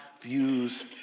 views